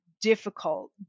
difficult